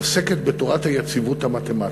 עוסקת בתורת היציבות המתמטית.